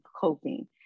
coping